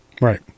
Right